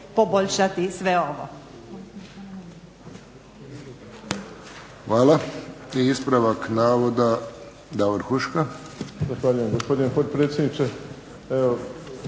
poboljšati sve ovo.